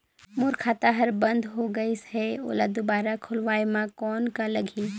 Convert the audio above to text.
मोर खाता हर बंद हो गाईस है ओला दुबारा खोलवाय म कौन का लगही?